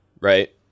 right